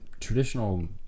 traditional